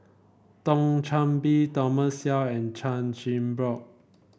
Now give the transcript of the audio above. Thio Chan Bee Thomas Yeo and Chan Chin Bock